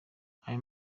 ayo